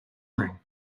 cream